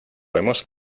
hemos